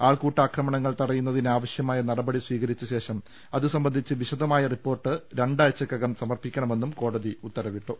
ആൾക്കൂട്ട അക്രമങ്ങൾ തടയുന്നതിന് ആവശ്യമായ നടപടി സ്വീക രിച്ചശേഷം അതുസംബന്ധിച്ച് വിശദമായ റിപ്പോർട്ട് രണ്ടാഴ്ച ക്കകം സമർപ്പിക്കണമെന്നും കോടതി ഉത്തരവിട്ടു